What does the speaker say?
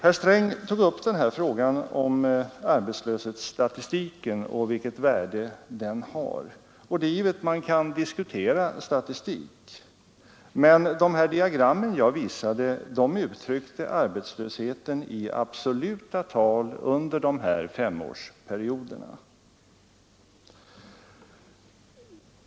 Herr Sträng tog upp frågan om arbetslöshetsstatistiken och dess värde. Det är givet att man kan diskutera statistik, men de diagram jag visade uttryckte arbetslösheten i absoluta tal under femårsperioder.